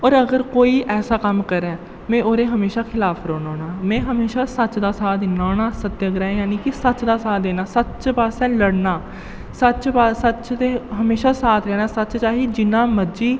और अगर कोई ऐसा कम्म करै में ओह्दे हमेशा खिलाफ रौह्न्ना होन्नां में हमेशा सच्च दा साथ दिन्ना होन्नां सत्याग्रह जानि कि सच्च दा साथ देना सच्च बास्तै लड़ना सच्च बास्तै सच्च ते हमेशा साथ देना सच्च चाहे जिन्ना मर्जी